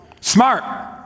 smart